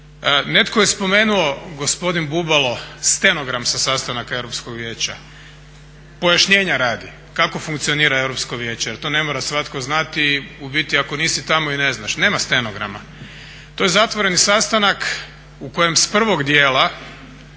Netko je spomenuo, gospodin Bubalo, stenogram sa sastanaka Europskog vijeća. Pojašnjenja radi kako funkcionira Europsko vijeće jer to ne mora svatko znati. U biti ako nisi tamo i ne znaš. Nema stenograma. To je zatvoreni sastanak u kojem s prvog dijela